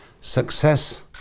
Success